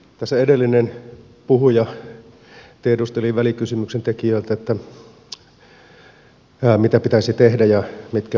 tässä edellinen puhuja tiedusteli välikysymyksen tekijöiltä mitä pitäisi tehdä ja mitkä ovat ne seuraukset